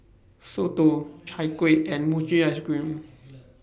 Soto Chai Kueh and Mochi Ice Cream